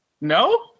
No